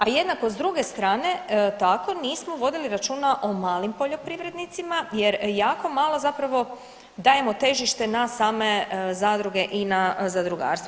A jednako s druge strane tako nismo vodili računa o malim poljoprivrednicima jer jako malo zapravo dajemo težište na same zadruge i na zadrugarstvo.